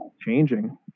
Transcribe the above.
changing